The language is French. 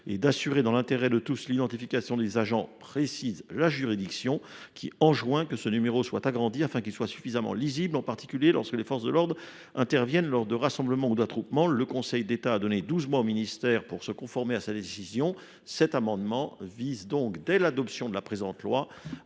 et d’assurer, dans l’intérêt de tous, l’identification des agents », précise la juridiction, qui « enjoint que ce numéro soit agrandi afin qu’il soit suffisamment lisible, en particulier lorsque les forces de l’ordre interviennent lors de rassemblements ou d’attroupements ». Le Conseil d’État a donné douze mois au ministère de l’intérieur pour se conformer à sa décision. Cet amendement vise donc à appliquer une telle